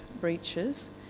breaches